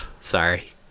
sorry